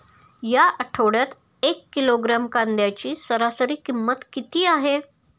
या आठवड्यात एक किलोग्रॅम कांद्याची सरासरी किंमत किती आहे?